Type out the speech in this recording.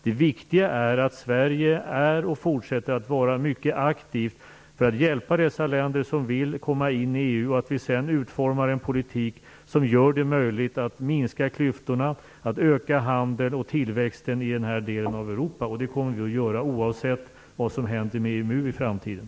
Det viktiga är att Sverige är, och fortsätter att vara, mycket aktivt för att hjälpa de länder som vill komma in i EU och att vi sedan utformar en politik som gör det möjligt att minska klyftorna och att öka handeln och tillväxten i den här delen av Europa. Det kommer vi att göra oavsett vad som händer med EMU i framtiden.